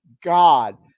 God